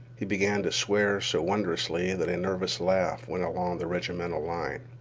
he began to swear so wondrously that a nervous laugh went along the regimental line.